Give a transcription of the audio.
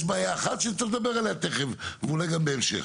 יש בעיה אחת שצריך לדבר עליה תכף ואולי גם בהמשך.